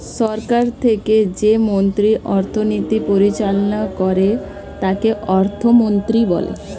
সরকার থেকে যে মন্ত্রী অর্থনীতি পরিচালনা করে তাকে অর্থমন্ত্রী বলে